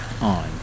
on